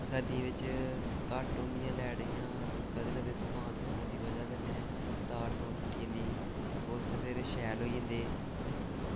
सरदियें बिच्च घट्ट होंदी लाईट इं'या कदें कदें तफान तफुन दी बजह कन्नै तार तुर त्रुट्टी जंदी ओह् उस फिर शैल होई जंदे